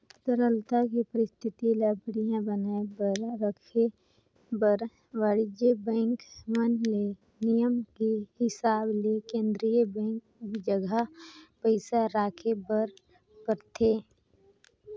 तरलता के इस्थिति ल बड़िहा बनाये बर राखे बर वाणिज्य बेंक मन ले नियम के हिसाब ले केन्द्रीय बेंक जघा पइसा राखे बर परथे